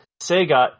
Sega